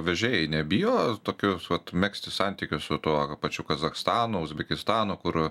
vežėjai nebijo tokius vat megzti santykius su tuo pačių kazachstanu uzbekistanu kur